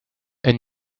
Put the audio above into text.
and